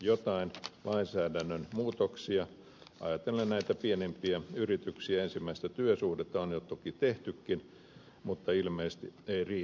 jotain lainsäädännön muutoksia ajatellen näitä pienimpiä yrityksiä ensimmäistä työsuhdetta on jo toki tehtykin mutta ilmeisesti ei riittävästi